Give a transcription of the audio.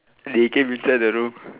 they came inside the room